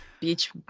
beach